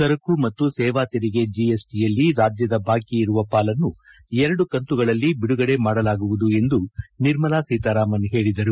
ಸರಕು ಮತ್ತು ಸೇವಾ ತೆರಿಗೆ ಜಿಎಸ್ಟಿಯಲ್ಲಿ ರಾಜ್ಯದ ಬಾಕಿ ಇರುವ ಪಾಲನ್ನು ಎರಡು ಕಂತುಗಳಲ್ಲಿ ಬಿಡುಗಡೆ ಮಾಡಲಾಗುವುದು ಎಂದು ನಿರ್ಮಲಾ ಸೀತಾರಾಮನ್ ಹೇಳಿದರು